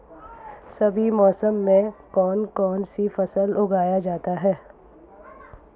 रबी मौसम में कौन कौनसी फसल उगाई जा सकती है?